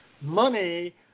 money